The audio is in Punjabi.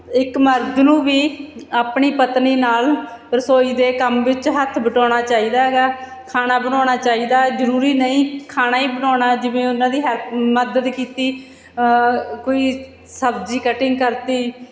ਇੱਕ ਮਰਦ ਨੂੰ ਵੀ ਆਪਣੀ ਪਤਨੀ ਨਾਲ ਰਸੋਈ ਦੇ ਕੰਮ ਵਿੱਚ ਹੱਥ ਵਟਾਉਣਾ ਚਾਹੀਦਾ ਹੈਗਾ ਖਾਣਾ ਬਣਾਉਣਾ ਚਾਹੀਦਾ ਜ਼ਰੂਰੀ ਨਹੀਂ ਖਾਣਾ ਹੀ ਬਣਾਉਣਾ ਜਿਵੇਂ ਉਹਨਾਂ ਦੀ ਹੈਲਪ ਮਦਦ ਕੀਤੀ ਕੋਈ ਸਬਜ਼ੀ ਕਟਿੰਗ ਕਰਤੀ